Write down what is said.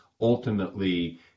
ultimately